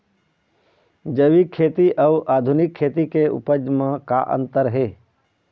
जैविक खेती अउ आधुनिक खेती के उपज म का अंतर हे?